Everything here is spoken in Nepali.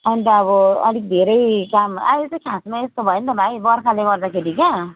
अन्त अब अलिक धेरै काम अहिले चाहिँ खासमा यस्तो भयो नि त भाइ बर्खाले गर्दाखेरि क्या